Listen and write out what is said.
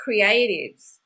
creatives